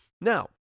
Now